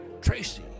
Tracy